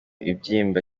ikibyimba